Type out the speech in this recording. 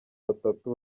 batatu